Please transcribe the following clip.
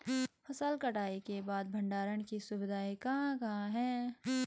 फसल कटाई के बाद भंडारण की सुविधाएं कहाँ कहाँ हैं?